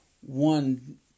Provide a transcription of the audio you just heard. one